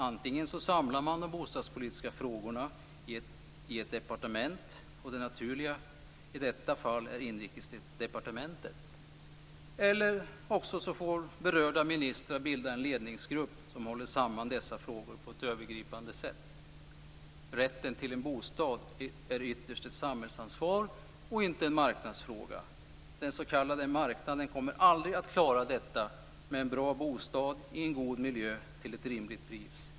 Antingen samlar man de bostadspolitiska frågorna i ett departement - och det naturliga i detta fall är Inrikesdepartementet - eller så får berörda ministrar bilda en ledningsgrupp som håller samman dessa frågor på ett övergripande sätt. Rätten till en bostad är ytterst ett samhällsansvar och inte en marknadsfråga. Den s.k. marknaden kommer aldrig att klara detta med en bra bostad i en god miljö till ett rimligt pris.